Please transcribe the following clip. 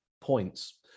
points